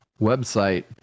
website